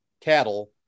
cattle